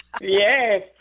Yes